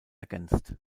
ergänzt